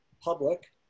public